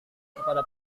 kepada